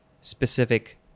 specific